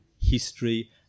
history